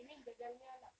you mean jajangmyeon ah